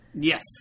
Yes